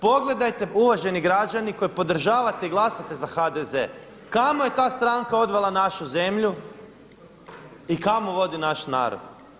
Pogledajte uvaženi građani koji podržavate i glasate za HDZ kamo je ta stranka odvela našu zemlju i kamo vodi naš narod?